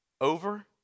over